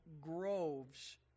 groves